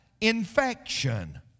infection